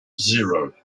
zero